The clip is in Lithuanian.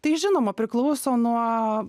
tai žinoma priklauso nuo